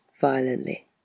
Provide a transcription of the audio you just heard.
violently